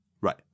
right